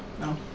No